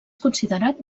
considerat